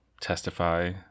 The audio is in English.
testify